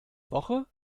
woche